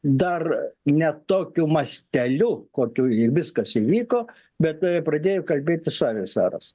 dar ne tokiu masteliu kokiu viskas įvyko bet pradėjo kalbėti savisaras